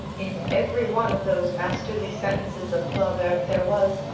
in every one of those masterly sentences of flaubert there was,